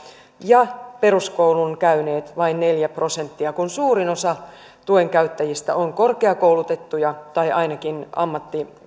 ja peruskoulun käyneet vain neljä prosenttia kun suurin osa tuen käyttäjistä on korkeakoulutettuja tai ainakin ammattiin